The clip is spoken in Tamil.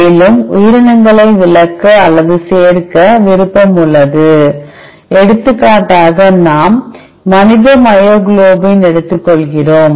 மேலும் உயிரினங்களை விலக்க அல்லது சேர்க்க விருப்பம் உள்ளது எடுத்துக்காட்டாக நாம் மனித மயோகுளோபின் எடுத்துக்கொள்கிறோம்